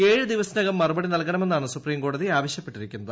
ഏഴു ദിവസത്തിനകം മറുപടി നൽകണമെന്നാണ് സുപ്രീംകോടതി ആവശ്യപ്പെട്ടിരിക്കുന്നത്